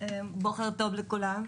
בוקר טוב לכולם,